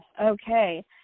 okay